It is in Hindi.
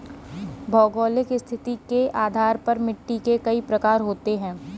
भौगोलिक स्थिति के आधार पर मिट्टी के कई प्रकार होते हैं